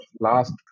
last